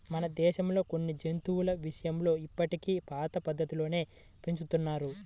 మన దేశంలో కొన్ని జంతువుల విషయంలో ఇప్పటికీ పాత పద్ధతుల్లోనే పెంచుతున్నారు